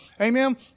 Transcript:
Amen